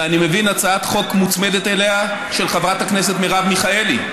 ואני מבין שמוצמדת אליה גם הצעת חוק של חברת הכנסת מרב מיכאלי,